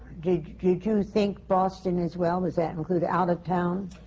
did you think boston as well? was that included, out-of-town?